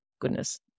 goodness